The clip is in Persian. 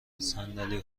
صندلی